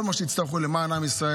כל מה שיצטרכו, למען עם ישראל,